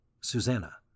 Susanna